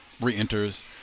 re-enters